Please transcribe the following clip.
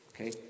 Okay